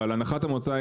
אבל הנחת המוצא,